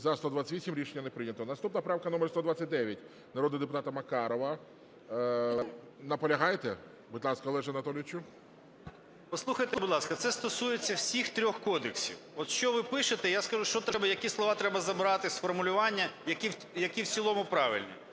За-128 Рішення не прийнято. Наступна правка - номер 129, народного депутата Макарова. Наполягаєте? Будь ласка, Олеже Анатолійовичу. 12:51:29 МАКАРОВ О.А. Послухайте, будь ласка, це стосується всіх трьох кодексів. От що ви пишете, я скажу, що треба, які слова треба забрати з формулювання, які в цілому правильні.